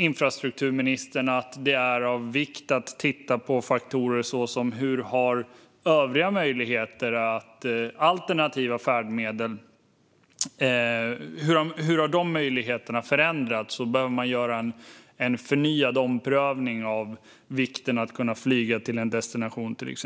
Infrastrukturministern anför att det är av vikt att titta på faktorer såsom hur övriga möjligheter till alternativa färdmedel har förändrats och om man behöver göra en förnyad omprövning av vikten av att kunna flyga till en destination. Det